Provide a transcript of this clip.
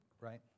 right